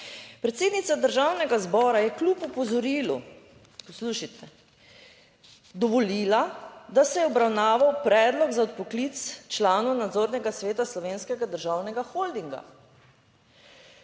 Predsednica Državnega zbora je kljub opozorilu, poslušajte, dovolila, da se je obravnaval predlog za odpoklic članov nadzornega sveta Slovenskega državnega holdinga.